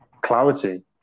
clarity